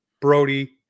Brody